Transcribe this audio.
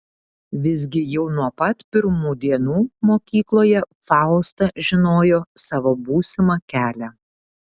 visgi jau nuo pat pirmų dienų mokykloje fausta žinojo savo būsimą kelią